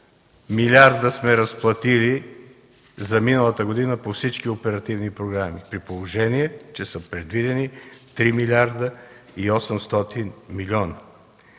милиарда сме разплатили за миналата година по всички оперативни програми, при положение че са предвидени 3 милиарда и 800 милиона?